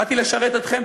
באתי לשרת אתכם,